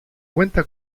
cuenta